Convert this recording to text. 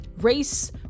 race